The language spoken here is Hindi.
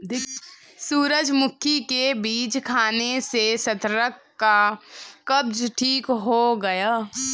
सूरजमुखी के बीज खाने से सार्थक का कब्ज ठीक हो गया